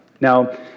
Now